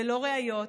ללא ראיות,